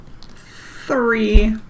Three